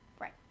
Right